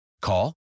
Call